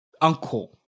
uncle